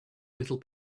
little